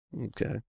Okay